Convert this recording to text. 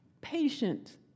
patient